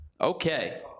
Okay